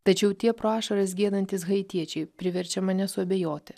tačiau tie pro ašaras giedantys haitiečiai priverčia mane suabejoti